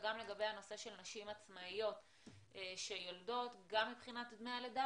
וגם לגבי הנושא של נשים עצמאיות שיולדות גם מבחינת דמי הלידה